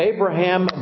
Abraham